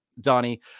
Donnie